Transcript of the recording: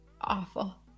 awful